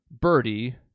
birdie